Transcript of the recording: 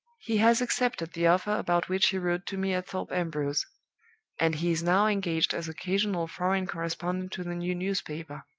he has accepted the offer about which he wrote to me at thorpe ambrose and he is now engaged as occasional foreign correspondent to the new newspaper.